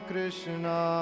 Krishna